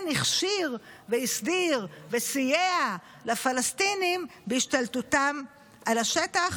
הכשיר והסדיר וסייע לפלסטינים בהשתלטותם על השטח,